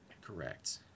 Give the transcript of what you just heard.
Correct